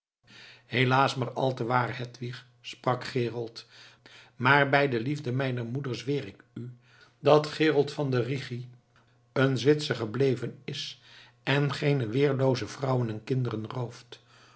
helaas maar al te waar hedwig sprak gerold maar bij de liefde mijner moeder zweer ik u dat gerold van den rigi een zwitser gebleven is en geene weerlooze vrouwen en kinderen rooft